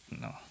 No